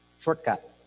Shortcut